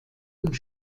und